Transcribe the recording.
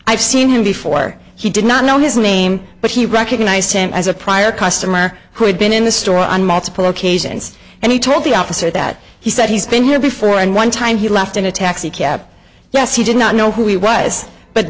i've seen him before he did not know his name but he recognized him as a prior customer who had been in the store on multiple occasions and he told the officer that he said he's been here before and one time he left in a taxicab yes he did not know who he was but